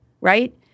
right